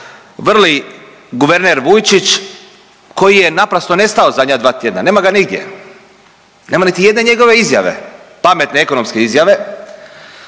vrli guverner Vujčić koji je naprosto nestao zadnja 2 tjedna, nema ga nigdje. Nema niti jedne njegove izjave, pametne ekonomske izjave,